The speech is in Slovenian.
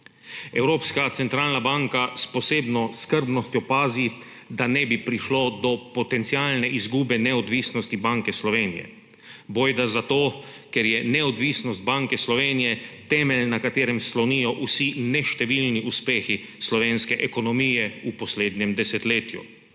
Evropska centralna banka s posebno skrbnostjo pazi, da ne bi prišlo do potencialne izgube neodvisnosti Banke Slovenije. Bojda zato, ker je neodvisnost Banke Slovenije temelj, na katerem slonijo vsi neštevilni uspehi slovenske ekonomije v poslednjem desetletju.